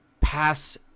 pass